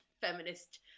feminist